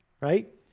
right